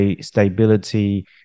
stability